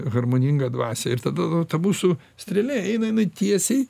harmoningą dvasią ir tada ta mūsų strėlė eina jinai tiesiai